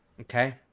okay